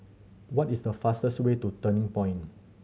what is the fastest way to Turning Point